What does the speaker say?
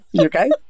okay